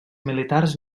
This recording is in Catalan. militars